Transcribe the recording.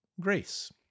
grace